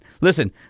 Listen